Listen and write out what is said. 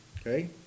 Okay